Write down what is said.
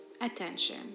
attention